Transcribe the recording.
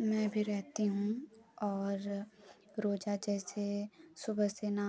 मैं भी रहती हूँ और रोजा जैसे सुबह से ना